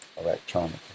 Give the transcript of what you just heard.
electronically